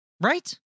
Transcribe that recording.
Right